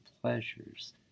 pleasures